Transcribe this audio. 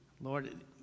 Lord